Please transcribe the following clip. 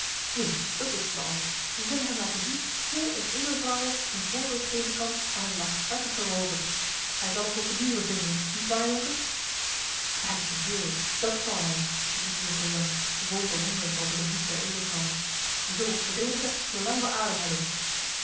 nu dat wisten wij al wij zullen hem laten zien hoe eene edelvrouwe een voorbeeld geven kan aan een laaghartigen roover hij zal ons op de muren vinden niet waar jonker bij st joris dat zal hij riep jonker jan vol bewondering over den moed der edelvrouw we zullen ons verdedigen zoolang we adem hebben